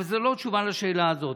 אבל זו לא תשובה על שאלה הזאת.